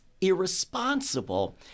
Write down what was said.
irresponsible